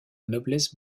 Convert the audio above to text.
noblesse